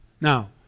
Now